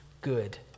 good